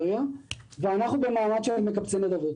ואנחנו במעמד של מקבצי נדבות.